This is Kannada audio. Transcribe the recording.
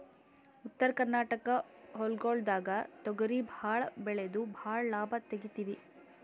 ಉತ್ತರ ಕರ್ನಾಟಕ ಹೊಲ್ಗೊಳ್ದಾಗ್ ತೊಗರಿ ಭಾಳ್ ಬೆಳೆದು ಭಾಳ್ ಲಾಭ ತೆಗಿತೀವಿ